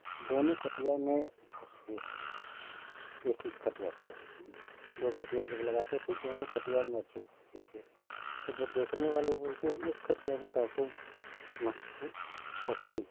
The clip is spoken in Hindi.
दोनों कटिया में फंसती थी मच्छी एक ही कटिया से दो कटिया जब लगाते थे दोनों कटिया मछली फंसती थी तो वो देखने वाले बोलते एक कटिया में कैसे मच्छी फंसती है